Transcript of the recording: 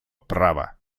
права